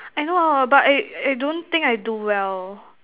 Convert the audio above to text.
I know ah but I I don't think I do well